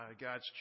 God's